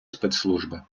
спецслужби